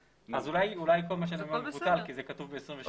אולי כל מה שאני אומר מבוטל כי זה כתוב ב-28ב.